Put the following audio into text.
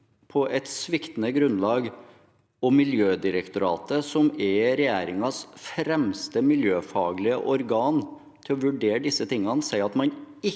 på et sviktende grunnlag, og Miljødirektoratet, som er regjeringens fremste miljøfaglige organ til å vurdere disse tingene, sier at man ikke